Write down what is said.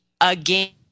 Again